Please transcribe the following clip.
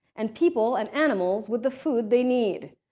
and people and animals with the food they need.